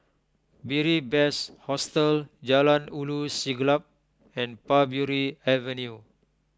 Beary Best Hostel Jalan Ulu Siglap and Parbury Avenue